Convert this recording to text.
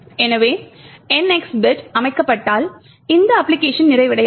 எனவே NX bit அமைக்கப்பட்டால் இந்த அப்பிளிகேஷன் நிறைவடையாது